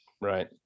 Right